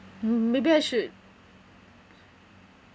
mm maybe I should